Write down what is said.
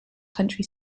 country